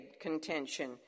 contention